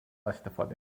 استفاده